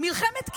מלחמת קיום.